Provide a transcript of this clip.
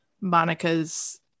monica's